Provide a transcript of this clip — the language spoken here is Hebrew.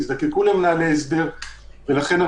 תאגידים,